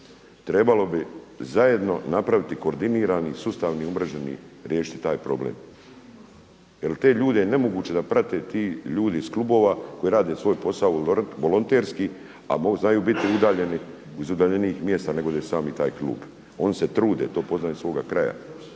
trebalo bi zajedno napraviti koordinirani sustavni umreženi riješiti taj problem. Jel te ljude je nemoguće da prate ti ljudi iz klubova koji rade svoj posao u volonterski a znaju biti i udaljeni iz udaljenijih mjesta nego da je sami taj klub. Oni se trude to poznam iz svoga kraja